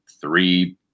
three